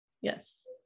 Yes